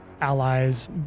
allies